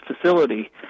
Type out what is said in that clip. facility